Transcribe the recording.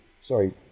sorry